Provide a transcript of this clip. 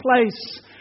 place